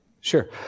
Sure